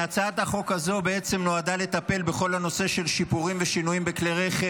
הצעת החוק הזו בעצם נועדה לטפל בכל הנושא של שיפורים ושינויים בכלי רכב.